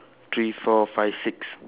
three four five six